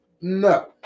no